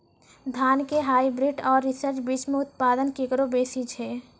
धान के हाईब्रीड और रिसर्च बीज मे उत्पादन केकरो बेसी छै?